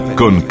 con